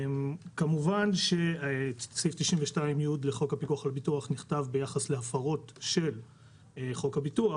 כמובן שסעיף 92(י) לחוק הפיקוח על הביטוח נכתב ביחס להפרות של חוק הביטוח